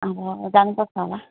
अब जानुपर्छ होला